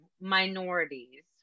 minorities